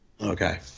Okay